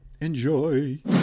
Enjoy